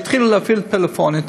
יתחילו להפעיל טלפונים,